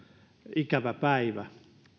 ikävä päivä